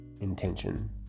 intention